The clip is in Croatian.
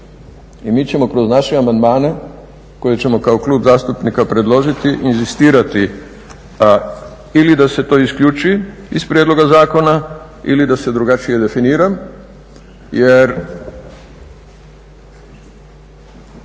i mi ćemo kroz naše amandmane koje ćemo kao Klub zastupnika predložiti, inzistirati ili da se to isključi iz prijedloga zakona ili da se drugačije definira jer